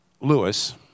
Lewis